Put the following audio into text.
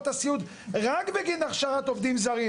הסיעוד רק בגין הכשרת עובדים זרים.